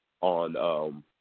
on